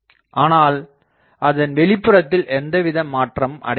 ஆனால் அதன் வெளிப்புறத்தில் எவ்வித மாற்றம் அடைவதில்லை